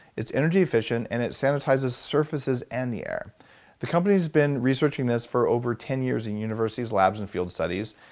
it's energy-efficient and it sanitizes surfaces and the air the company has been researching this for over ten years in universities, labs and field studies.